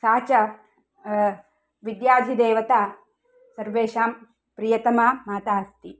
सा च विद्याधिदेवता सर्वेषां प्रियतमा माता अस्ति